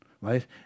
right